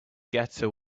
ghetto